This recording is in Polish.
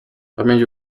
pamięć